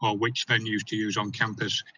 but which venues to use on campus,